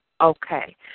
Okay